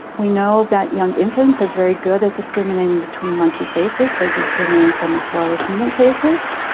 we know that young infants are very good at discriminating between monkey faces. they discriminate them as well as human faces.